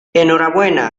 enhorabuena